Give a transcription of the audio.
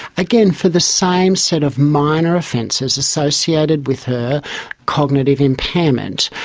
again, for the same set of minor offences associated with her cognitive impairment.